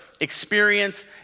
experience